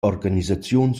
organisaziuns